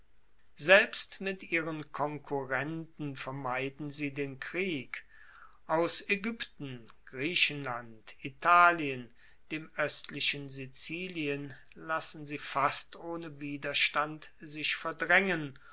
selbst mit ihren konkurrenten vermeiden sie den krieg aus aegypten griechenland italien dem oestlichen sizilien lassen sie fast ohne widerstand sich verdraengen